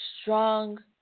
strong